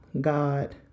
God